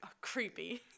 creepy